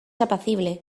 apacible